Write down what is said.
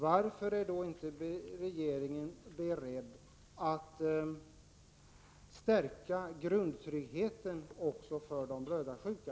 Varför är inte regeringen då beredd att stärka grundtryggheten också för de blödarsjuka?